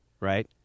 right